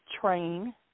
train